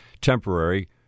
temporary